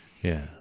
Yes